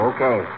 Okay